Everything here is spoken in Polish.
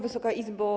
Wysoka Izbo!